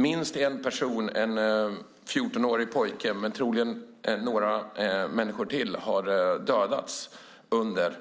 Minst en person, en 14-årig pojke, men troligtvis några människor till har dödats under